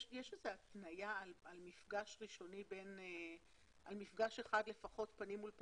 יש איזו התניה על לפחות מפגש אחד פנים מול פנים?